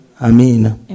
Amen